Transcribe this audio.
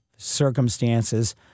circumstances